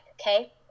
Okay